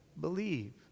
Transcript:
Believe